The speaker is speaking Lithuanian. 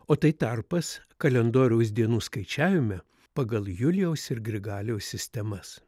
o tai tarpas kalendoriaus dienų skaičiavime pagal julijaus ir grigaliaus sistemas